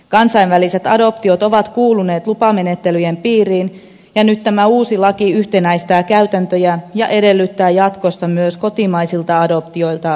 kansainväliset adoptiot ovat kuuluneet lupamenettelyjen piiriin ja nyt tämä uusi laki yhtenäistää käytäntöjä ja edellyttää jatkossa myös kotimaisilta adoptioilta lupamenettelyä